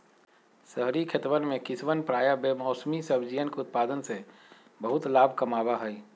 शहरी खेतवन में किसवन प्रायः बेमौसमी सब्जियन के उत्पादन से बहुत लाभ कमावा हई